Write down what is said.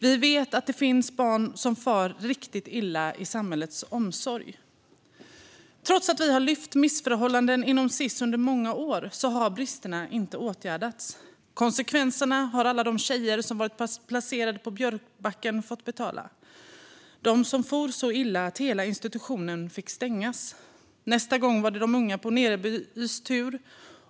Vivet att det finns barn som far riktigt illa i samhällets omsorg. Trots att vi har lyft fram missförhållanden inom Sis under många år har bristerna inte åtgärdats. Konsekvenserna har alla de tjejer som varit placerade på Björkbacken fått betala, de som for så illa att hela institutionen fick stängas. Nästa gång var det de unga på Nerebys tur.